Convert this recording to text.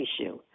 issue